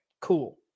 Cool